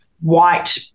white